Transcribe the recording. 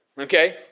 okay